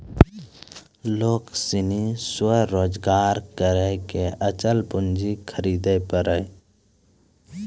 लोग सनी स्वरोजगार करी के अचल पूंजी खरीदे पारै